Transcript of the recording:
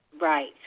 Right